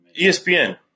ESPN